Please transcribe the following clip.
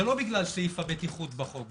זה לא בגלל סעיף הבטיחות בחוק,